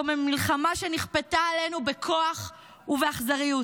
זו מלחמה שנכפתה עלינו בכוח ובאכזריות,